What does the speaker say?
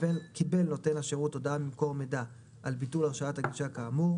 קיבל נותן השירות הודעה ממקור מידע על ביטול הרשאת הגישה כאמור,